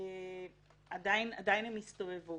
הם עדיין יסתובבו.